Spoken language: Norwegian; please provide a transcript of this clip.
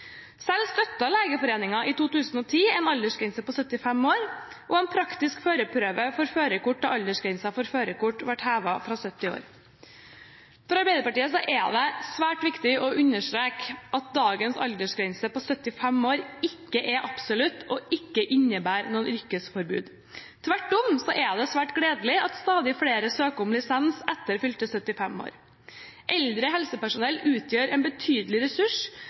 Selv støttet Legeforeningen i 2010 en aldersgrense på 75 år og en praktisk førerprøve for førerkort da aldersgrensen for førerkort ble hevet fra 70 år. For Arbeiderpartiet er det svært viktig å understreke at dagens aldersgrense på 75 år ikke er absolutt og ikke innebærer noe yrkesforbud. Tvert om er det svært gledelig at stadig flere søker om lisens etter fylte 75 år. Eldre helsepersonell utgjør en betydelig ressurs